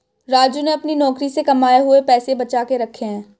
राजू ने अपने नौकरी से कमाए हुए पैसे बचा के रखे हैं